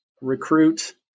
recruit